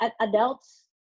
adults